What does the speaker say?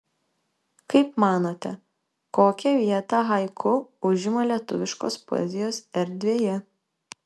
kaip manote kokią vietą haiku užima lietuviškos poezijos erdvėje